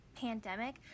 pandemic